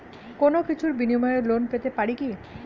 কোনো কিছুর বিনিময়ে লোন পেতে পারি কি?